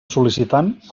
sol·licitant